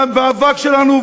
והמאבק שלנו,